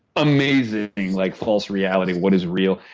amazing like false reality, what is real?